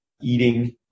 eating